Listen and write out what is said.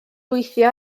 weithio